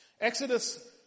Exodus